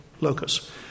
locus